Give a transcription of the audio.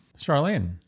Charlene